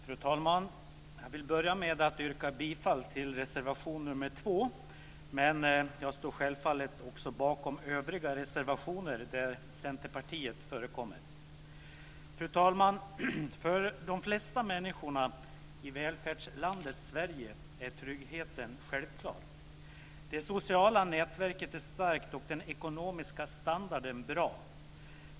Fru talman! Jag vill börja med att yrka bifall till reservation nr 2, men jag står självfallet också bakom övriga reservationer där Centerpartiet förekommer. Fru talman! För de flesta människorna i välfärdslandet Sverige är tryggheten självklar. Det sociala nätverket är starkt och den ekonomiska standarden bra.